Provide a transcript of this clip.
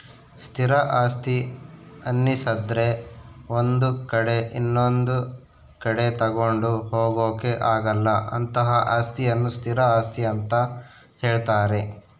ಸ್ಥಿರ ಆಸ್ತಿ ಅನ್ನಿಸದ್ರೆ ಒಂದು ಕಡೆ ಇನೊಂದು ಕಡೆ ತಗೊಂಡು ಹೋಗೋಕೆ ಆಗಲ್ಲ ಅಂತಹ ಅಸ್ತಿಯನ್ನು ಸ್ಥಿರ ಆಸ್ತಿ ಅಂತ ಹೇಳ್ತಾರೆ